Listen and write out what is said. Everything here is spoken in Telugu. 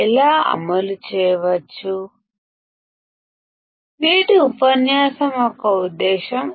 అది నేటి ఉపన్యాసం యొక్క ఉద్దేశం